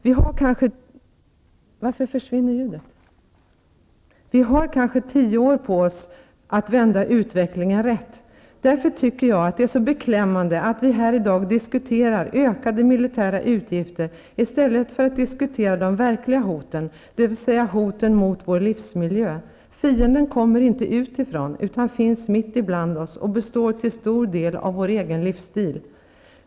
Vi har kanske tio år på oss att vända utvecklingen rätt. Därför tycker jag att det är så beklämmande att vi här i dag diskuterar ökade militära utgifter i stället för att diskutera de verkliga hoten, dvs. hoten mot vår livsmiljö. Fienden kommer inte utifrån utan finns mitt ibland oss och består till stor del av vår egen livsstil.